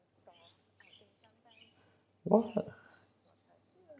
!wah!